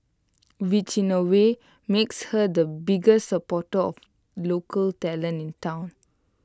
which in A way makes her the biggest supporter of local talent in Town